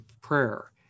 prayer